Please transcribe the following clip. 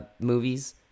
movies